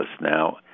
now